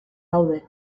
gaude